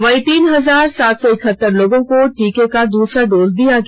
वहीं तीन हजार सात सौ इकहत्तर लोगों को टीका का दूसरा डोज दिया गया